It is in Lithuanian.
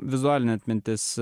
vizualinė atmintis